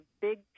big